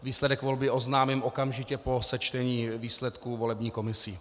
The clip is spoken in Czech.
Výsledek volby oznámím okamžitě po sečtení výsledků volební komisí.